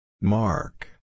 Mark